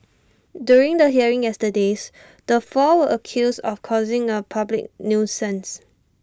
during the hearing yesterday's the four were accused of causing A public nuisance